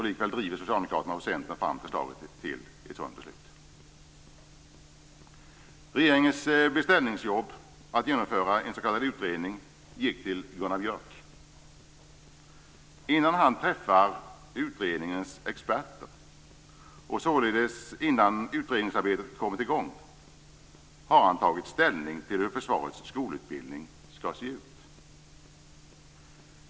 Likväl driver Socialdemokraterna och Centern fram förslaget till beslut. Regeringens beställningsjobb att genomföra en s.k. utredning gick till Gunnar Björk. Innan han träffade utredningens experter, och således innan utredningsarbetet kommit i gång, hade han tagit ställning till hur försvarets skolutbildning skall se ut.